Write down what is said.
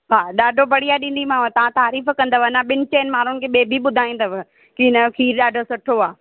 हा ॾाढो बढ़िया ॾींदीमाव तव्हां तारीफ़ कंदव अञा ॿिन चइन माण्हूं खे ॿिए बि ॿुधाइंदव की हिनजो खीर ॾाढो सुठो आहे